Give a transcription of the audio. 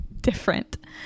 different